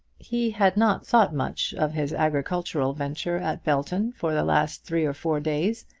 he had not thought much of his agricultural venture at belton for the last three or four days,